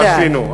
למה לא עשינו.